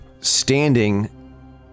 standing